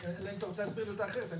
אלא אם אתה רוצה להסביר לי אותה אחרת.